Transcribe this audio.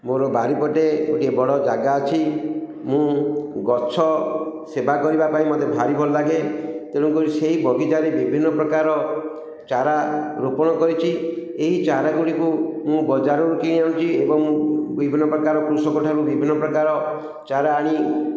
ମୋର ବାରିପଟେ ଗୋଟିଏ ବଡ଼ ଜାଗା ଅଛି ମୁଁ ଗଛ ସେବା କରିବା ପାଇଁ ମୋତେ ଭାରି ଭଲଲାଗେ ତେଣୁକରି ସେଇ ବଗିଚାରେ ବିଭିନ୍ନ ପ୍ରକାର ଚାରା ରୋପଣ କରିଛି ଏହି ଚାରାଗୁଡ଼ିକୁ ମୁଁ ବଜାରରୁ କିଣି ଆଣୁଛି ଏବଂ ବିଭିନ୍ନ ପ୍ରକାର କୃଷକଠାରୁ ବିଭିନ୍ନ ପ୍ରକାର ଚାରା ଆଣି